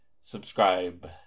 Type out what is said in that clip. subscribe